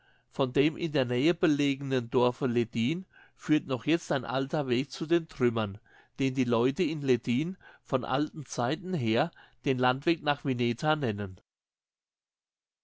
von dem in der nähe belegnen dorfe leddin führt noch jetzt ein alter weg zu den trümmern den die leute in leddin von alten zeiten her den landweg nach wineta nennen